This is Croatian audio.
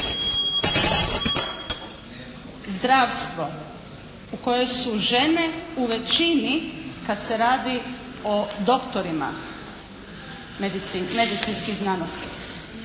zdravstvo u kojem su žene u većini kada se radi o doktorima medicinskih znanosti